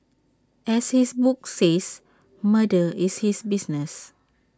as his book says murder is his business